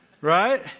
right